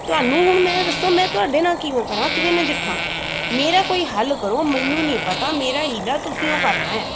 ਤੁਹਾਨੂੰ ਹੁਣ ਮੈਂ ਦੱਸੋਂ ਮੈਂ ਤੁਹਾਡੇ ਨਾਲ ਕਿਵੇਂ ਕਰਾਂ ਕਿਵੇਂ ਨਿਜੱਠਾ ਮੇਰਾ ਕੋਈ ਹੱਲ ਕਰੋ ਮੈਨੂੰ ਨਹੀਂ ਪਤਾ ਮੇਰਾ ਹੀਲਾ ਤੁਸੀਂ ਓ ਕਰਨਾ ਹਾਂ